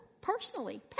Personally